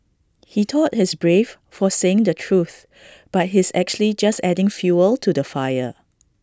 he thought he's brave for saying the truth but he's actually just adding fuel to the fire